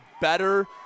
better